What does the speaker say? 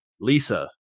Lisa